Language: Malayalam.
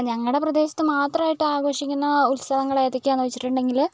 ഞങ്ങളുടെ പ്രദേശത്ത് മാത്രമായിട്ട് ആഘോഷിക്കുന്ന ഉത്സവങ്ങൾ ഏതൊക്കെയാണെന്ന് വെച്ചിട്ടുണ്ടെങ്കിൽ